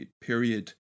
period